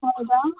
ಹೌದಾ